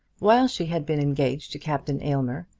while she had been engaged to captain aylmer,